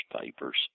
papers